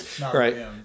Right